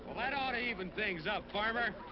that ought to even things up, farmer.